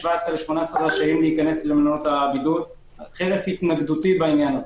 ל-18 רשאים להיכנס למלונות הבידוד חרף התנגדותי בעניין.